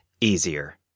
easier